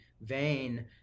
vain